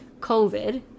covid